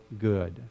good